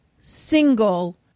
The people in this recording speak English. single